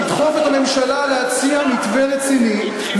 לדחוף את הממשלה להציע מתווה רציני,